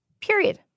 Period